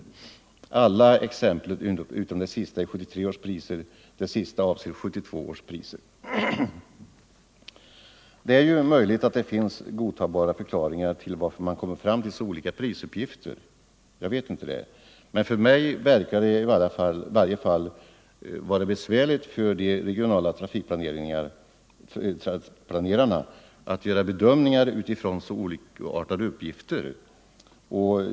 Alla exemplen, utom det sista, avser 1973 års priser och det sista avser 1972 års priser. Det är möjligt att det finns godtagbara förklaringar till varför man kommer fram till så olika prisuppgifter. Jag vet inte om det är så, men jag tycker i varje fall att det måste vara besvärligt för de regionala trafikplanerarna att göra bedömningar utifrån så olikartade uppgifter.